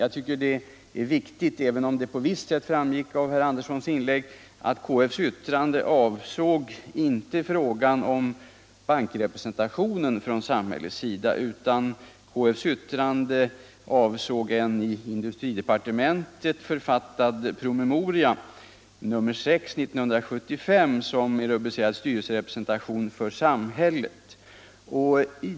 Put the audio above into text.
Jag tycker det är viktigt att framhålla, även om det på visst sätt framgick av herr Anderssons inlägg, att KF:s yttrande inte avsåg frågan om bankrepresentationen från samhällets sida utan avsåg en i industridepartementet författad promemoria, nr 6 år 1975, som är rubricerad Styrelserepresentation för samhället.